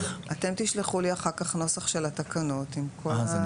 אתם תשלחו לי אחר-כך נוסח של התקנות עם כול השינויים.